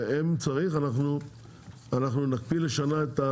ואם צריך אנחנו נקפיא לשנה,